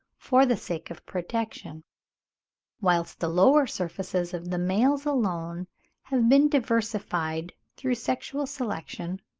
for the sake of protection whilst the lower surfaces of the males alone have been diversified, through sexual selection,